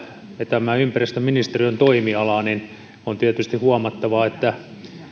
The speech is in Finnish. vetämää ympäristöministeriön toimialaa niin on tietysti huomattava että